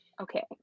okay